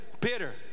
bitter